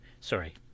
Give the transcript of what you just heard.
Sorry